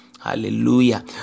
Hallelujah